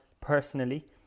personally